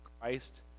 Christ